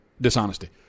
dishonesty